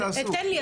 תן לי,